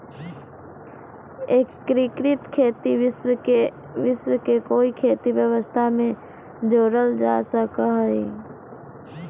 एग्रिकृत खेती विश्व के कोई खेती व्यवस्था में जोड़ल जा सको हइ